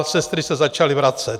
Sestry se začaly vracet.